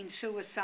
suicide